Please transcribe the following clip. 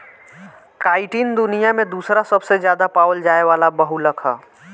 chitin दुनिया में दूसरा सबसे ज्यादा पावल जाये वाला बहुलक ह